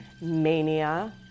mania